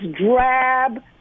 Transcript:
drab